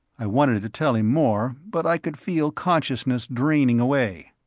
i wanted to tell him more, but i could feel consciousness draining away.